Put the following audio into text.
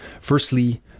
Firstly